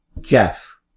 Jeff